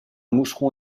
moucheron